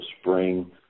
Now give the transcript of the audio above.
spring